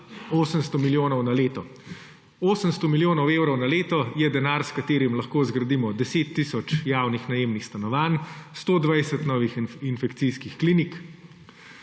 800 milijonov na leto. 800 milijonov evrov na leto je denar, s katerim lahko zgradimo 10 tisoč javnih najemnih stanovanj, 120 novih infekcijskih klinik